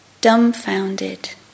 dumbfounded